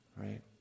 right